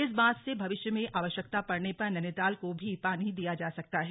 इस बांध से भविष्य में आवश्यकता पड़ने पर नैनीताल को भी पानी दिया जा सकता है